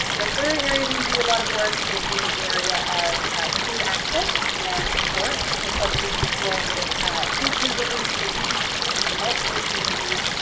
the third area where we do a lot of work is in the area of food access and support. so helping people with food so deliveries, we do through distributions in multiple communities,